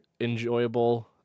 enjoyable